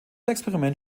experiment